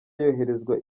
yoherezwa